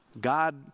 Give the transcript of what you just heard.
God